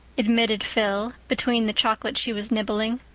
admitted phil, between the chocolate she was nibbling.